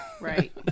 Right